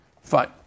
Fine